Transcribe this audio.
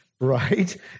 right